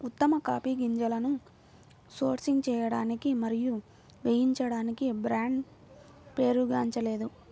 ఉత్తమ కాఫీ గింజలను సోర్సింగ్ చేయడానికి మరియు వేయించడానికి బ్రాండ్ పేరుగాంచలేదు